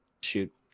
shoot